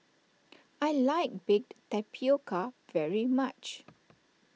I like Baked Tapioca very much